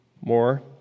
more